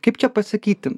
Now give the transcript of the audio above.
kaip čia pasakyti